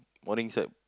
morning sir